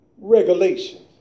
Regulations